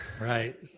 Right